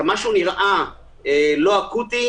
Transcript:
כמה שהוא נראה לא אקוטי,